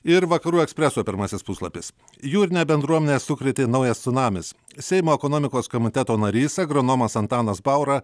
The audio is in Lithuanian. ir vakarų ekspreso pirmasis puslapis jūrinę bendruomenę sukrėtė naujas cunamis seimo ekonomikos komiteto narys agronomas antanas baura